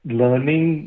learning